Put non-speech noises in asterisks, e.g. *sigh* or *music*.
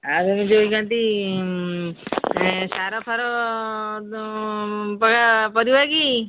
ଆଉ ଯୋଉ *unintelligible* ଯଇଥାନ୍ତି ସାର ଫାର ପରିବା କି